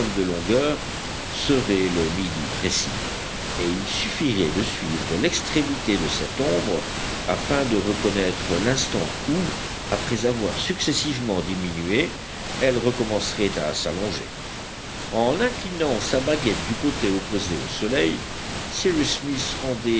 de longueur serait le midi précis et il suffirait de suivre l'extrémité de cette ombre afin de reconnaître l'instant où après avoir successivement diminué elle recommencerait à s'allonger en inclinant sa baguette du côté opposé au soleil cyrus smith rendait